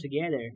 together